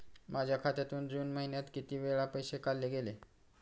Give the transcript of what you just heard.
माझ्या खात्यातून जून महिन्यात किती वेळा पैसे काढले गेले?